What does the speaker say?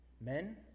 men